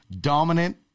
dominant